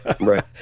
right